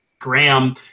Graham